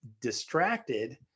distracted